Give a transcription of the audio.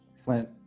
Flint